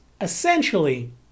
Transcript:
essentially